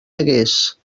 hagués